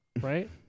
right